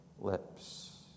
lips